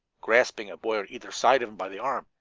grasping a boy on either side of him by the arm.